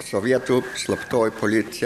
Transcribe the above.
sovietų slaptoji policija